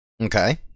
Okay